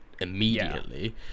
immediately